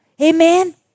Amen